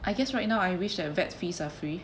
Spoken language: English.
I guess right now I wish like vet fees are free